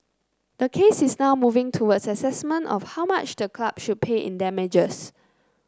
the case is now moving towards assessment of how much the club should pay in damages